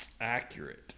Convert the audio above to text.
Accurate